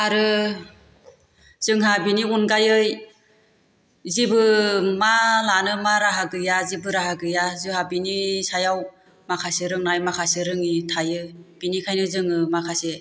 आरो जोंहा बेनि अनगायै जेबो मा लानो मा राहा गैया जेबो राहा गैया जोंहा बेनि सायाव माखासे रोंनाय माखासे रोयि थायो बेनिखायनो जोङो माखासे